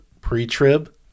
pre-trib